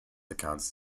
accounts